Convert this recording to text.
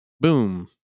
boom